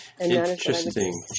Interesting